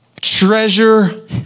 Treasure